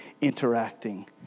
interacting